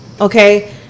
okay